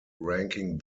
ranking